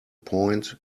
point